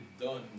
done